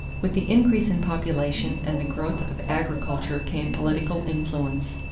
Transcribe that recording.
with the increase in population and the growth of agriculture came political influence.